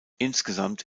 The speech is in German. insgesamt